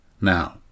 Now